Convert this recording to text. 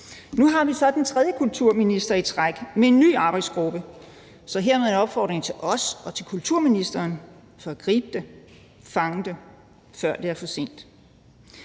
Nu har vi så den tredje kulturminister i træk med en ny arbejdsgruppe; så hermed en opfordring til os og til kulturministeren om at gribe det, fange det, før det er for sent.